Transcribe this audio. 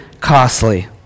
costly